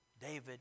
David